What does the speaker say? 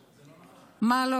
זה לא נכון, מה שאת אומרת.